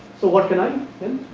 so, what can i then